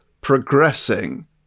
progressing